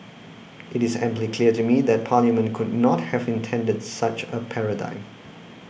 it is amply clear to me that Parliament could not have intended such a paradigm